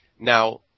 Now